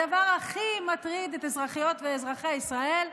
הדבר שהכי מטריד את אזרחיות ואת אזרחי ישראל,